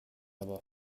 aber